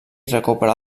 recuperà